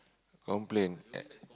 complain at